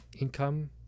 income